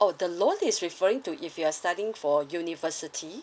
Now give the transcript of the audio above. orh the loan is referring to if you are studying for university